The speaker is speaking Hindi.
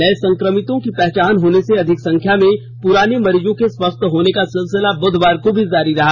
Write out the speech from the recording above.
नए संक्रमितों की पहचान होने से अधिक संख्या में पुराने मरीजों के स्वस्थ होने का सिलसिला बुधवार को भी जारी रहा